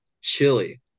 chili